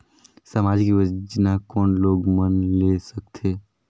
समाजिक योजना कोन लोग मन ले सकथे?